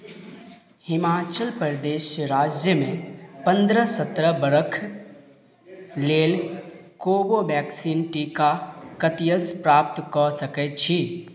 हिमाचल प्रदेश राज्यमे पन्द्रह सत्रह बरख लेल कोवोवेक्सीन टीका कतयसँ प्राप्त कऽ सकैत छी